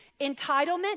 Entitlement